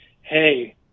hey